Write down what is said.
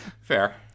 Fair